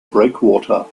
breakwater